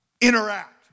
interact